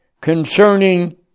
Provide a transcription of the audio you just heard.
concerning